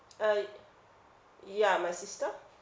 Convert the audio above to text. uh ya my sister